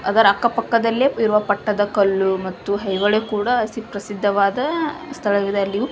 ಅದರ ಅಕ್ಕಪಕ್ಕದಲ್ಲೇ ಇರುವ ಪಟ್ಟದಕಲ್ಲು ಮತ್ತು ಐಹೊಳೆ ಕೂಡ ಸುಪ್ರಸಿದ್ಧವಾದ ಸ್ಥಳಗಳಲ್ಲಿಯೂ